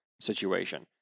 situation